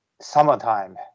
summertime